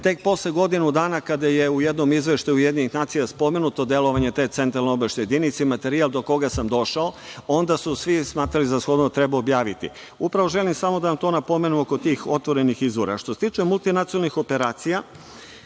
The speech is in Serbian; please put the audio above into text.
Tek posle godinu dana kada je u jednom izveštaju UN spomenuto delovanje te centralno- obaveštajne jedinice i materijal do koga sam došao, onda su svi smatrali za shodno da treba objaviti. Želim samo da vam to napomenem oko tih otvorenih izvora. Što se tiče multinacionalnih operacija